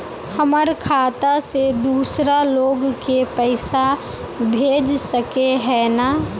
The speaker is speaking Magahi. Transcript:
हमर खाता से दूसरा लोग के पैसा भेज सके है ने?